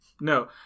No